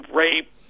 rape